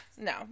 no